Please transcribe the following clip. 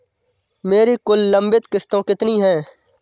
मेरी कुल लंबित किश्तों कितनी हैं?